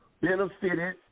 benefited